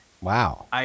Wow